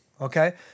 okay